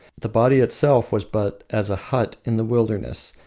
the body itself was but as a hut in the wilderness,